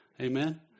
Amen